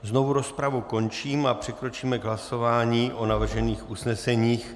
Znovu rozpravu končím a přikročíme k hlasování o navržených usneseních.